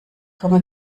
komme